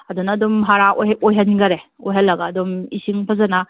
ꯑꯗꯨꯅ ꯑꯗꯨꯝ ꯍꯔꯥ ꯑꯣꯏꯍꯟꯈꯔꯦ ꯑꯣꯏꯍꯜꯂꯒ ꯑꯗꯨꯝ ꯏꯁꯤꯡ ꯐꯖꯅ